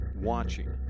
watching